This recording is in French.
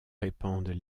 répandent